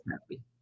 happy